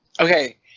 Okay